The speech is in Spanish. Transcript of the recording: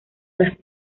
las